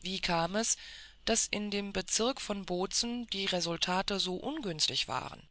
wie kam es daß in dem bezirk von bozen die resultate so ungünstig waren